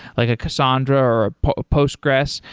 like a cassandra or a postgres.